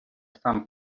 сам